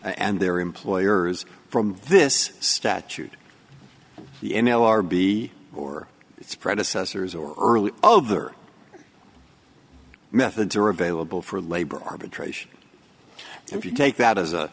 and their employers from this statute the n l r b or its predecessors or early other methods are available for labor arbitration if you take that as a